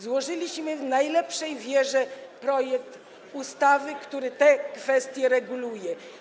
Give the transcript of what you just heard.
Złożyliśmy w najlepszej wierze projekt ustawy, który te kwestie reguluje.